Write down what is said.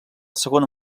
segon